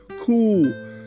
cool